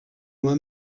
moi